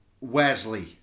Wesley